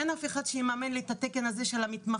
אין אף אחד שיממן לי את התקן הזה של המתמחה,